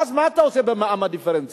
ואז, מה אתה עושה במע"מ הדיפרנציאלי?